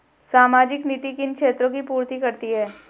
सामाजिक नीति किन क्षेत्रों की पूर्ति करती है?